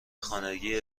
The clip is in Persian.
خانگی